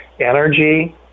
energy